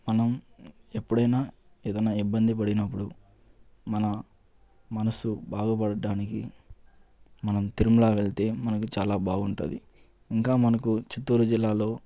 మనం ఎప్పుడైనా ఏదైనా ఇబ్బంది పడినప్పుడు మన మనసు బాగుపడటానికి మనం తిరుమల వెళ్తే మనకు చాలా బాగుంటుంది ఇంకా మనకు చిత్తూరు జిల్లాలో